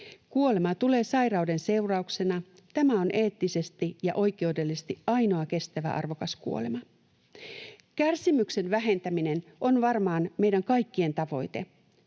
Kuolema tulee sairauden seurauksena. Tämä on eettisesti ja oikeudellisesti ainoa kestävä arvokas kuolema.” Kärsimyksen vähentäminen on varmaan meidän kaikkien tavoite.